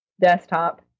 desktop